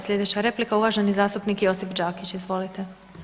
Slijedeća replika uvaženi zastupnik Josip Đakić, izvolite.